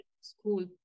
school